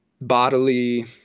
bodily